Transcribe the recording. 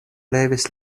levis